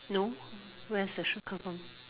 no where's the shirt come from